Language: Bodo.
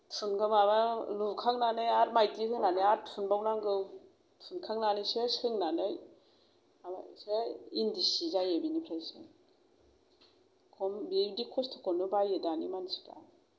सोंबा माबा लुखांनानै आरो मायदि होनानै आरो थुनबावनांगौ थुनखांनानैसो सोंनानै माबानोसै इन्दि सि जायो बेनिफ्रायसो खम बे बिदि खस्त'खौनो बायो दानि मानसिफ्रा